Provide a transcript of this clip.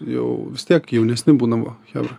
jau vis tiek jaunesni būdavo chebra